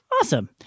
awesome